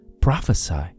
Prophesy